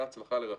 זאת הצלחה לרח"ל.